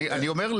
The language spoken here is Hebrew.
אני אומר,